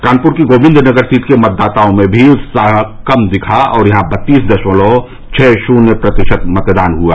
कानपुर की गोविंदनगर सीट के मतदाताओं में भी उत्साह कम दिखा और यहां बत्तीस दशमलव छः शून्य प्रतिशत मतदान हुआ